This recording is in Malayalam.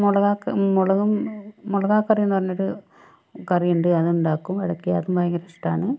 മുളകാക്കും മുളകും മുളകാക്കറിയെന്ന് പറഞ്ഞൊരു കറിയുണ്ട് അതുണ്ടാക്കും ഇടയ്ക്ക് അതും ഭയങ്കര ഇഷ്ടമാണ്